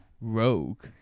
rogue